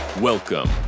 Welcome